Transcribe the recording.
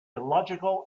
illogical